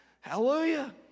hallelujah